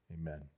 Amen